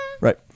Right